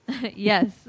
Yes